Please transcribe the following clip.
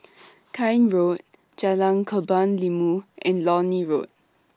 Keene Road Jalan Kebun Limau and Lornie Road